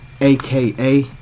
aka